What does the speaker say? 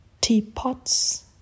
teapots